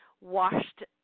washed